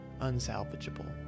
unsalvageable